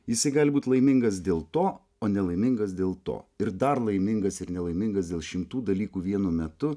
jisai gali būti laimingas dėl to o nelaimingas dėl to ir dar laimingas ir nelaimingas dėl šimtų dalykų vienu metu